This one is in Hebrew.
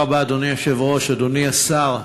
תודה רבה, אדוני היושב-ראש, אדוני השר,